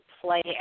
play